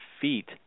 feet